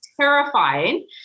terrifying